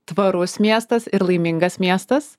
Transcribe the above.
tvarus miestas ir laimingas miestas